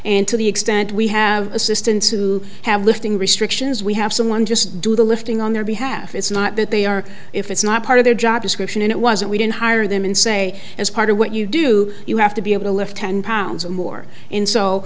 and to the extent we have assistants who have lifting restrictions we have someone just do the lifting on their behalf it's not that they are if it's not part of their job description and it wasn't we didn't hire them and say as part of what you do you have to be able to lift ten pounds or more in so